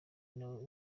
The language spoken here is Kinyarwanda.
nawe